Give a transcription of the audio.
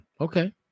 Okay